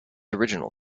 original